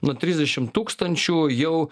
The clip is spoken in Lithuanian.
nuo trisdešim tūkstančių jau